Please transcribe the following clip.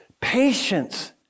patience